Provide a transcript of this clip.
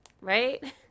right